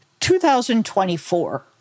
2024